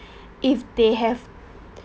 if they have